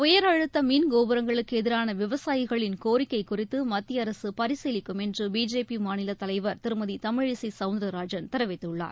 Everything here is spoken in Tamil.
உயர் அழுத்த மின் கோபுரங்களுக்கு எதிரான விவசாயிகளின் கோரிக்கை குறித்து மத்திய அரசு பரிசீலிக்கும் என்று பிஜேபி மாநிலத் தலைவர் திருமதி தமிழிசை சௌந்தரராஜன் தெரிவித்துள்ளார்